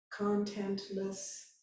contentless